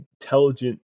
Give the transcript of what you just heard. intelligent